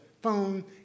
phone